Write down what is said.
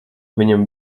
viņam